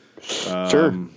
Sure